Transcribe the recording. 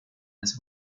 his